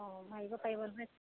অঁ মাৰিব পাৰিব নহয়